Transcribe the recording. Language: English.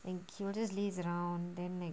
then he will just laze around then like